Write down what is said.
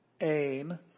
Ain